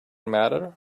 matter